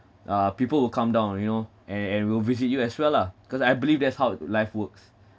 uh people will come down you know and and will visit you as well lah cause I believe that's how life works